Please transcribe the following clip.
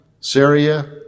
Syria